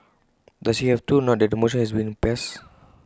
does he have to now that the motion has been passed